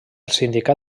sindicat